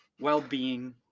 Well-being